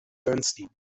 bernstein